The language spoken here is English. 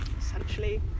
essentially